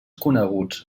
coneguts